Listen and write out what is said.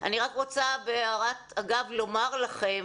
אני רק רוצה בהערת אגב לומר לכם